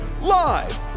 Live